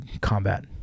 combat